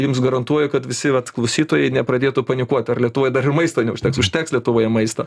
jums garantuoju kad visi vat klausytojai nepradėtų panikuot ar lietuvoj dar ir maisto neužteks užteks lietuvoje maisto